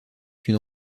une